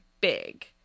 big